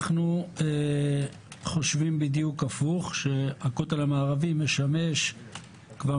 אנחנו חושבים בדיוק הפוך שהכותל המערבי משמש כבר